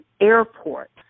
airport